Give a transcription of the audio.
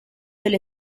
del